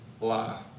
lie